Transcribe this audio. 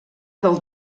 del